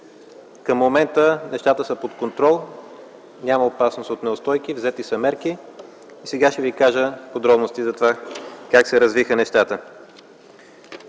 Към момента нещата са под контрол. Няма опасност от неустойки. Взети са мерки. Сега ще ви кажа подробности за това как се развиха нещата.